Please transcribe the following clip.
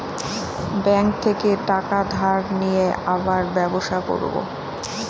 bank থেকে টাকা ধার নিয়ে আবার ব্যবসা করবো